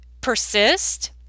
persist